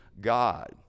God